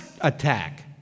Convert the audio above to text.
attack